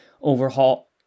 overhaul